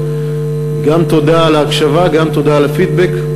גם תודה על ההקשבה וגם תודה על הפידבק.